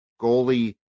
goalie